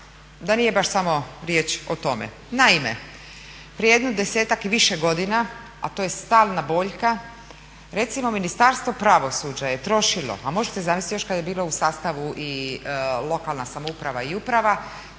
da nije baš samo riječ o tome. Naime prije jedno 10-ak i više godina a to je stalna boljka, recimo Ministarstvo pravosuđa je trošilo a možete zamisliti još kada je bilo u sastavu i lokalna samouprave i uprava,